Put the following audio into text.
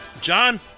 John